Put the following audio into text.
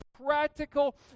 practical